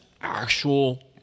actual